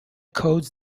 codes